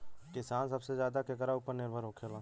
किसान सबसे ज्यादा केकरा ऊपर निर्भर होखेला?